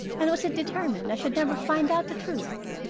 and was it determined i should never find out the truth?